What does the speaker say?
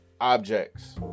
objects